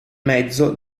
mezzo